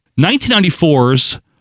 1994's